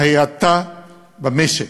ההאטה במשק.